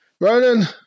ronan